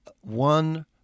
one